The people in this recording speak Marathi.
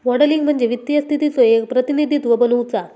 मॉडलिंग म्हणजे वित्तीय स्थितीचो एक प्रतिनिधित्व बनवुचा